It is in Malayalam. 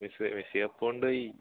മെസ്സി മെസ്സി കപ്പ് കൊണ്ടുപോയി